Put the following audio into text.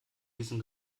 diesem